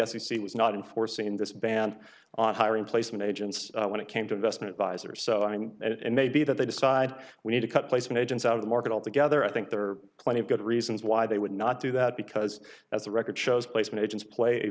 c was not in force in this band on hiring placement agents when it came to investment visors so i mean it may be that they decide we need to cut placement agents out of the market altogether i think there are plenty of good reasons why they would not do that because as the record shows placement agents play a